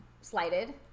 slighted